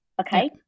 okay